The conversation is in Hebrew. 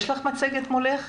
יש לך מצגת מולך?